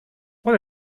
what